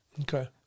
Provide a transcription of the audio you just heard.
Okay